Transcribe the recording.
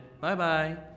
bye-bye